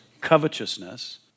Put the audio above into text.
covetousness